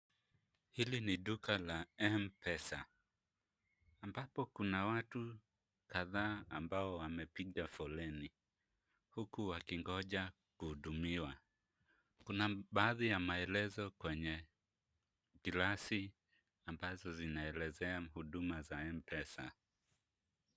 Hili ni duka la M-Pesa ambapo kuna watu kadhaa ambao wamepiga foleni huku wakingoja kuhudumiwa. Kuna baadhi ya maelezo kwenye glasi ambazo zinaelezea huduma za M-Pesa.